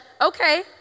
okay